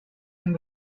and